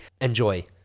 enjoy